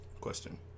Question